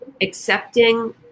accepting